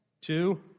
Two